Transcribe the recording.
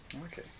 Okay